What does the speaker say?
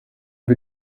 wir